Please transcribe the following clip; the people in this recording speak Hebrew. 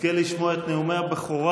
את נאומי הבכורה